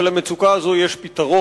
אבל למצוקה הזאת יש פתרון,